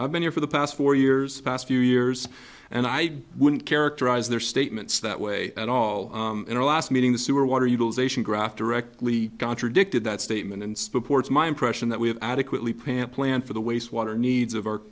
i've been here for the past four years past few years and i wouldn't characterize their statements that way at all in our last meeting the sewer water utilization graph directly contradicted that statement and sports my impression that we have adequately pam planned for the waste water needs of our